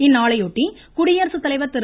இந்நாளையொட்டி குடியரசுத்தலைவர் திரு